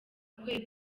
kwe